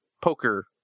poker